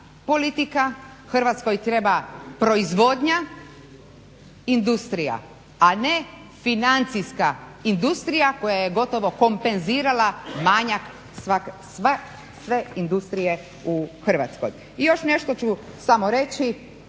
Hrvatskoj treba proizvodnja, industrija, a ne financijska industrija koja je gotovo kompenzirala manjak sve industrije u Hrvatskoj. I još nešto ću samo reći,